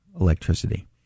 electricity